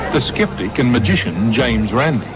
the skeptic and magician james randi.